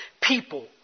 people